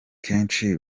kenshi